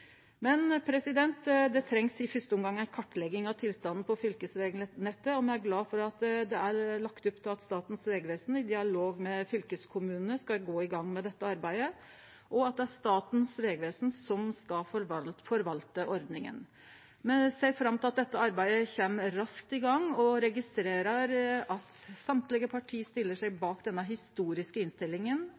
Det trengst i første omgang ei kartlegging av tilstanden på fylkesvegnettet, og me er glade for at det er lagt opp til at Statens vegvesen i dialog med fylkeskommunane skal gå i gang med dette arbeidet, og at det er Statens vegvesen som skal forvalte ordninga. Me ser fram til at dette arbeidet kjem raskt i gang, og me registrerer at alle partia stiller seg bak denne historiske innstillinga